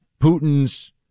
Putin's